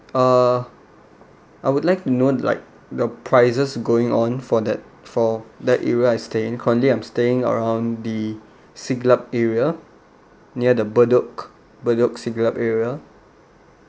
uh I would like to know like the prices going on for that for that area I stay in currently I'm staying around the siglap area near the bedok bedok siglap area